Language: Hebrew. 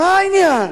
מה העניין?